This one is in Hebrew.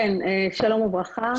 שלום וברכה.